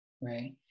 right